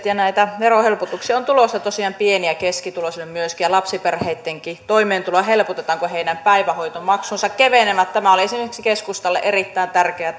ja verohelpotuksia on tulossa tosiaan pieni ja keskituloisille myöskin ja lapsiperheittenkin toimeentuloa helpotetaan kun heidän päivähoitomaksunsa kevenevät tämä oli esimerkiksi keskustalle erittäin tärkeä